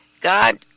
God